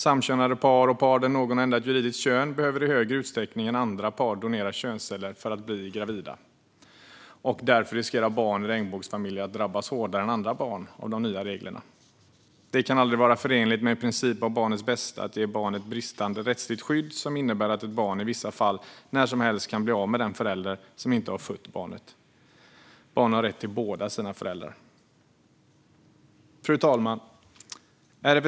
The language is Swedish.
Samkönade par och par där någon har ändrat juridiskt kön behöver i större utsträckning än andra par donerade könsceller för att bli gravida, och därför riskerar barn i regnbågsfamiljer att drabbas hårdare än andra barn av de nya reglerna. Det kan aldrig vara förenligt med en princip om barnets bästa att ge barn ett bristande rättsligt skydd som innebär att ett barn i vissa fall när som helst kan bli av med den förälder som inte har fött barnet. Barn har rätt till båda sina föräldrar. Fru talman!